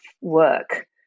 work